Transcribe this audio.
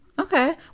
Okay